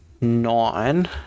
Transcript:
nine